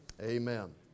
Amen